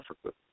Africa